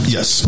Yes